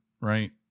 right